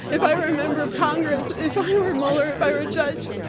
if i were a member of congress, if i were mueller, if i were a judge,